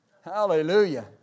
Hallelujah